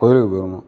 கோயிலுக்கு போயிருந்தோம்